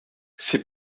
ces